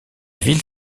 ville